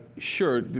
sure,